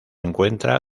encuentra